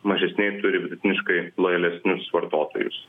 mažesnieji turi vidutiniškai lojalesnius vartotojus